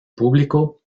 público